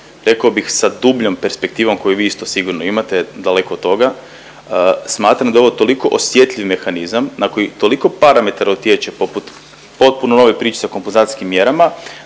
rekao bih sa dubljom perspektivom koju i vi sigurno imate daleko od toga, smatram da je ovo toliko osjetljiv mehanizam na koji toliko parametara utječe poput potpuno nove priče sa kompenzacijskim mjerama